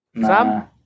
Sam